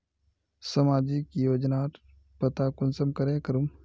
सामाजिक योजनार पता कुंसम करे करूम?